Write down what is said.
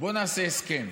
בוא נעשה הסכם: